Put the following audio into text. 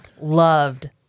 loved